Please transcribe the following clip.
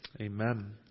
Amen